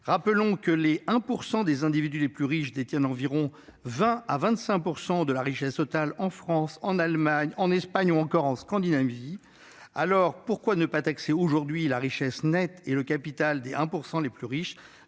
Rappelons que le 1 % des individus les plus riches détient 20 % à 25 % de la richesse totale en France, en Allemagne, en Espagne ou encore en Scandinavie. Dès lors, pourquoi ne pas taxer aujourd'hui leur richesse nette et leur capital de manière